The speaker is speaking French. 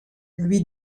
lui